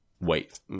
wait